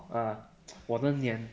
uh 我的脸